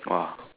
!wah!